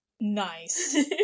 Nice